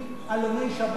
עלוני שבת,